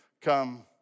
come